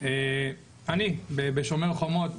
אני ב'שומר חומות'